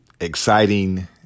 exciting